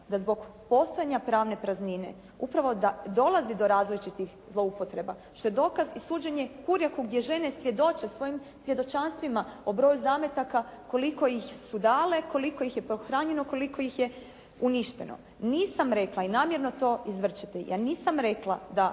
da zbog postojanja pravne praznine upravo da dolazi do različitih zloupotreba što je dokaz i suđenje Kurjaku, gdje žene svjedoče svojim svjedočanstvima o broju zametaka koliko su ih dale, koliko ih je pohranjeno, koliko ih je uništeno. Nisam rekla i namjerno to izvrćete. Ja nisam rekla da